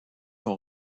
sont